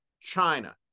China